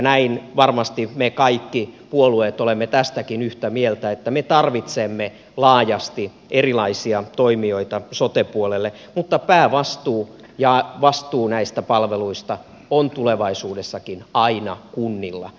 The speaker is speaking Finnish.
näin varmasti me kaikki puolueet olemme tästäkin yhtä mieltä että me tarvitsemme laajasti erilaisia toimijoita sote puolelle mutta päävastuu ja vastuu näistä palveluista on tulevaisuudessakin aina kunnilla